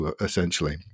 essentially